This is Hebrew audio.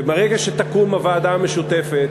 וברגע שתקום הוועדה המשותפת